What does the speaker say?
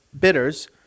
bitters